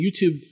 YouTube